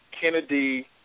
Kennedy